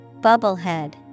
Bubblehead